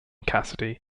cassidy